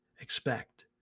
expect